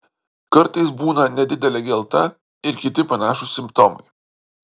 kartais būna nedidelė gelta ir kiti panašūs simptomai